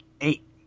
eight